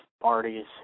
parties